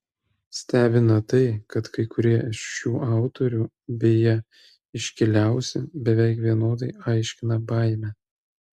stebina tai kad kai kurie iš šių autorių beje iškiliausi beveik vienodai aiškina baimę